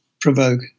provoke